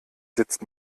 sitzt